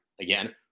again